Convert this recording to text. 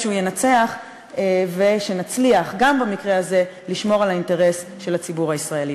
שהוא ינצח ושנצליח גם במקרה הזה לשמור על האינטרס של הציבור הישראלי.